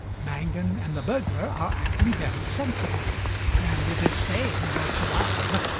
mangan and the burglar are acting very sensibly and it is they who will survive.